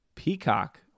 Peacock